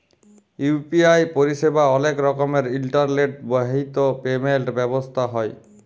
UPI পরিসেবা অলেক রকমের ইলটারলেট বাহিত পেমেল্ট ব্যবস্থা হ্যয়